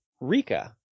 Rika